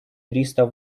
триста